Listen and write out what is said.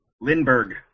Lindbergh